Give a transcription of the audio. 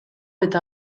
eta